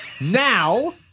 now